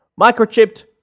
microchipped